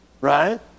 right